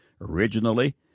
Originally